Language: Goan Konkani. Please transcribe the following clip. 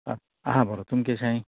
आ आ बरो तुमी केशीं हाय